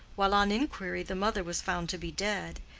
while on inquiry the mother was found to be dead,